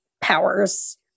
powers